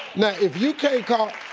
now if you can't call,